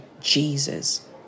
Jesus